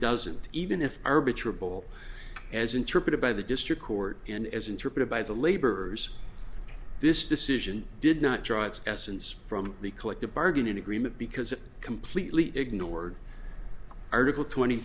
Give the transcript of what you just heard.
doesn't even if arbiter bull as interpreted by the district court and as interpreted by the laborers this decision did not draw its essence from the collective bargaining agreement because it completely ignored article twenty